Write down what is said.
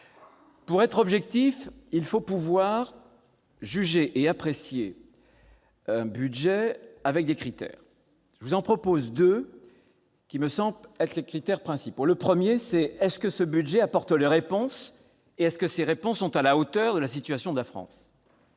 Pour être objectif, il faut pouvoir juger et apprécier un budget avec des critères. Je vous en propose deux, qui me semblent être les critères principaux. Premièrement, ce budget apporte-t-il des réponses à la hauteur de la situation de la France ?